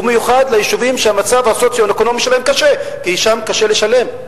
ובמיוחד ליישובים שהמצב הסוציו-אקונומי שלהם קשה כי שם קשה לשלם?